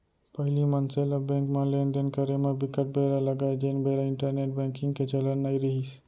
पहिली मनसे ल बेंक म लेन देन करे म बिकट बेरा लगय जेन बेरा इंटरनेंट बेंकिग के चलन नइ रिहिस